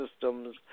systems